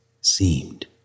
seemed